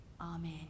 Amen